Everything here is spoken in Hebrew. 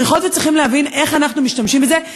צריכות וצריכים להבין איך אנחנו משתמשים בזה,